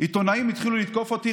ועיתונאים התחילו לתקוף אותי.